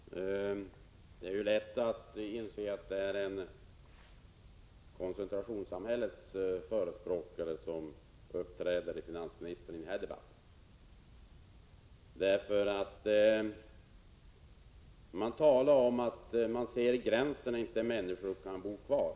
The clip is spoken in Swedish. Herr talman! Det är lätt att inse att det är som en koncentrationssamhällets förespråkare finansministern uppträder i den här debatten. Han talar om att man ser den gräns där människor inte längre kan bo kvar.